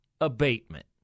abatement